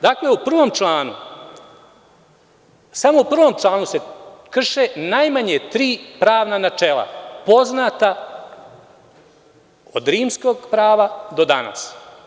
Dakle, u prvom članu, samo u prvom članu se krše najmanje tri pravna načela poznata od Rimskog prava do danas.